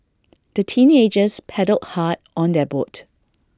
the teenagers paddled hard on their boat